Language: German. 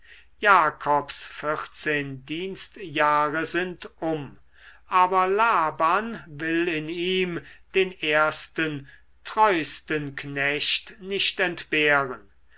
jakobs vierzehn dienstjahre sind um aber laban will in ihm den ersten treusten knecht nicht entbehren